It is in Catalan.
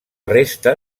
resta